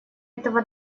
этого